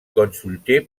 consulté